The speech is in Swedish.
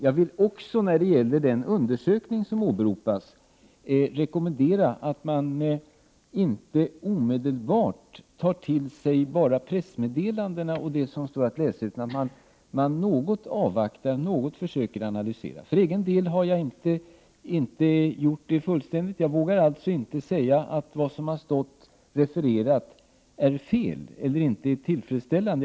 Jag vill också när det gäller den undersökning som åberopas rekommendera att man inte omedelbart tar till sig bara pressmeddelandena och det som står att läsa där, utan att man avvaktar något och försöker analysera. För egen del har jag inte gjort det fullständigt. Jag vågar alltså inte säga att det som har stått refererat är fel eller att det inte är tillfredsställande.